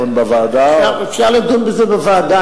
אפשר לדון בזה בוועדה.